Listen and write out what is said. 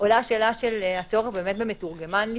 בהקשר הזה עולה השאלה של הצורך במתורגמן לפעמים,